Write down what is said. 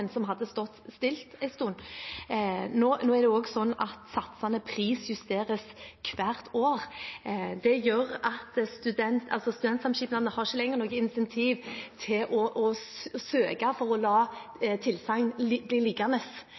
som hadde stått stille en stund. Nå er det også slik at satsene prisjusteres hvert år. Studentsamskipnadene har ikke lenger noe incentiv til å søke for å la tilsagn bli liggende.